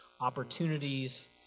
opportunities